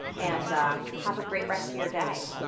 and have a great rest of your day.